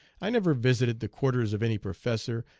i never visited the quarters of any professor,